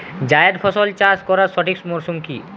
জায়েদ ফসল চাষ করার সঠিক মরশুম কি?